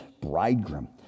bridegroom